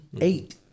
eight